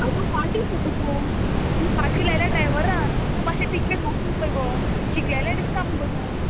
आगो पाटी सोड गो ती पाटी लायल्या ड्रायवरान तूं मात्शें टिकेट वाचून पय गो शिकलेलें दिसता मुगो तूं